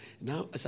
Now